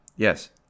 Yes